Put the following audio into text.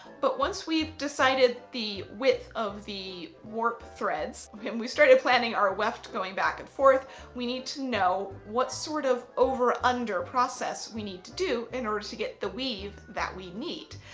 but once we've decided the width of the warp threads, when we started planning our weft going back and forth we need to know what sort of over under process we need to do in order to get the weave that we need.